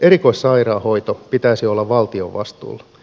erikoissairaanhoidon pitäisi olla valtion vastuulla